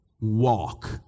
walk